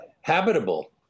habitable